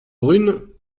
brune